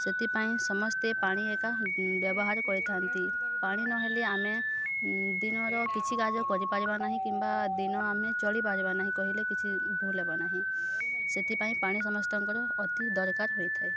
ସେଥିପାଇଁ ସମସ୍ତେ ପାଣି ଏକା ବ୍ୟବହାର କରିଥାନ୍ତି ପାଣି ନହେଲେ ଆମେ ଦିନର କିଛି କାର୍ଯ୍ୟ କରିପାରିବା ନାହିଁ କିମ୍ବା ଦିନ ଆମେ ଚଳିପାରିବା ନାହିଁ କହିଲେ କିଛି ଭୁଲ ହେବ ନାହିଁ ସେଥିପାଇଁ ପାଣି ସମସ୍ତଙ୍କର ଅତି ଦରକାର ହୋଇଥାଏ